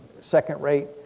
second-rate